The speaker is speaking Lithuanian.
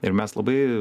ir mes labai